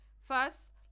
First